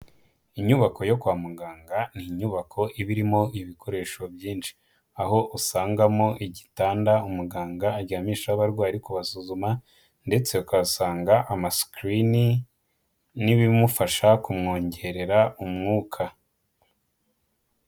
Inyubako yo kwa muganga ni inyubako iba irimo ibikoresho byinshi. Aho usangamo igitanda umuganga aryamisha abarwayi kubasuzuma ndetse ugasanga amasikirini n'ibimufasha kumwongerera umwuka.